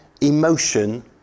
emotion